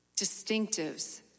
distinctives